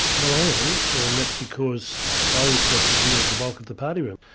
well i am, and that's because i reflect the view of the bulk of the party room.